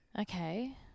Okay